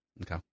Okay